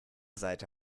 seite